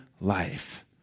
life